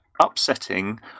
upsetting